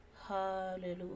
hallelujah